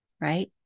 right